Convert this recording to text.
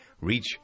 Reach